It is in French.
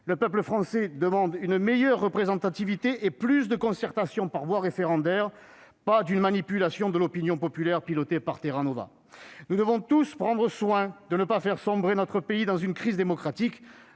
Le peuple français demande une meilleure représentativité et plus de concertation par voie référendaire, pas une manipulation de l'opinion populaire pilotée par Terra Nova. Nous devons tous veiller à ne pas faire sombrer notre pays dans une crise démocratique.